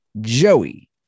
Joey